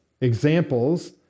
examples